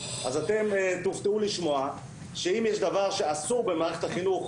אז אתם תופתעו לשמוע שאם יש דבר שאסור במערכת החינוך